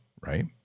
right